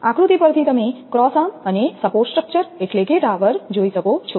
આકૃતિ પરથી તમે ક્રોસ આર્મ અને સપોર્ટ સ્ટ્રક્ચર એટલે કે ટાવર જોઈ શકો છો